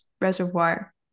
reservoir